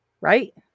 right